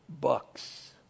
bucks